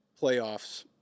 playoffs